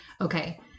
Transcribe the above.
Okay